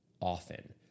often